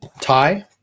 TIE